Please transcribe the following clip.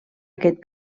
aquest